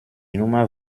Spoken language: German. nummer